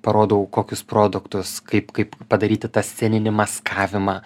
parodau kokius produktus kaip kaip padaryti tą sceninį maskavimą